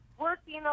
working